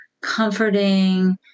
comforting